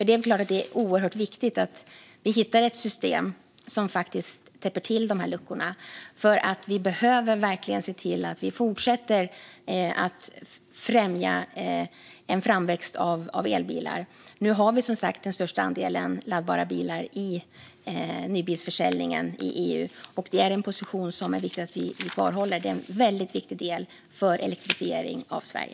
Det är klart att det är oerhört viktigt att vi hittar ett system som faktiskt täpper till dessa luckor, eftersom vi verkligen behöver se till att vi fortsätter att främja en framväxt av elbilar. Nu har Sverige den största andelen laddbara bilar i nybilsförsäljningen i EU. Det är en position som det är viktigt att vi behåller. Det är en väldigt viktig del för elektrifiering av Sverige.